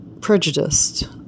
prejudiced